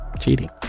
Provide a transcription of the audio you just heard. cheating